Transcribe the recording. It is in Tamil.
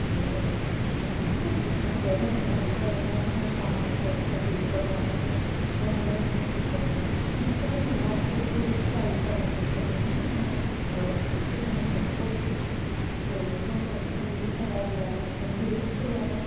சொல்லுவேன் எனக்கு ரொம்ப பிடிக்கும் அதோட எனக்கு ரொம்ப எமோஸனல் காண்டாக்ட் இருக்குது அப்படினு கூட நான் சொல்லுவேன் எனக்கு கிட்சன்னாலே ரொம்ப பிடிக்கும் கிச்சன்ல எனக்கு ரொம்ப பிடிச்ச ஐட்டம் அப்படினு பார்த்திங்கனா நான் என்னோட பிரிட்ஜ்னா எனக்கு ரொம்ப பிடிக்கும் ரொம்ப ட்ரெண்டி கலர்ல ட்ரெண்டி லுக்ல